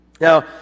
Now